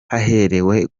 haherewe